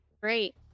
great